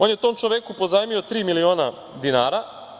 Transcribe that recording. On je tom čoveku pozajmio tri miliona dinara.